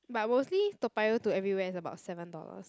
but mostly Toa-Payoh to everywhere is about seven dollars